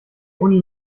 uni